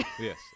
Yes